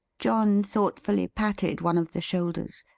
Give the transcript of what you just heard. john thoughtfully patted one of the shoulders,